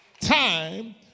time